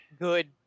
Good